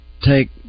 take